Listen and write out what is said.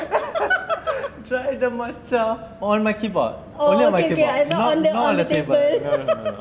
dry the matcha on my keyboard only on my keyboard not on the table